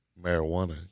marijuana